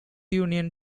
union